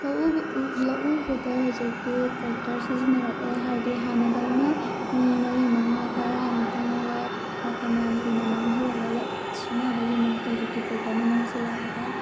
ꯂꯧꯎ ꯂꯧꯎꯕꯗ ꯍꯧꯖꯤꯛꯇꯤ ꯇ꯭ꯔꯦꯛꯇꯔ ꯁꯤꯖꯤꯟꯅꯔꯛꯑꯦ ꯍꯥꯏꯗꯤ ꯍꯥꯟꯅꯗꯧꯅ ꯃꯤ ꯃꯔꯤ ꯃꯉꯥ ꯇꯔꯥꯃꯨꯛ ꯆꯪꯂꯒ ꯃꯇꯝ ꯌꯥꯝ ꯀꯨꯏꯅ ꯃꯥꯡꯍꯜꯂꯒ ꯁꯨꯅꯕꯒꯤ ꯃꯍꯨꯠꯇ ꯍꯧꯖꯤꯛꯇꯤ ꯇ꯭ꯔꯦꯛꯇꯔꯅ ꯃꯍꯨꯠ ꯁꯤꯜꯂꯛꯑꯒ